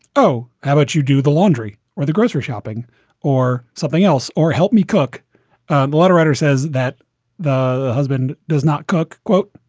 oh, how would but you do the laundry or the grocery shopping or something else? or help me cook what a writer says that the husband does not cook quote,